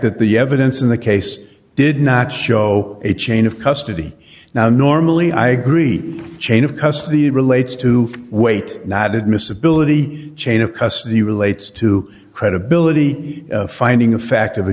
that the evidence in the case did not show a chain of custody now normally i agree chain of custody relates to weight not admissibility chain of custody relates to credibility the finding of fact of a